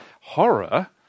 horror